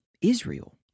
Israel